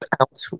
Out